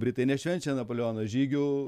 britai nešvenčia napoleono žygių